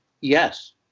yes